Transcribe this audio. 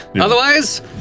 Otherwise